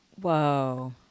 Whoa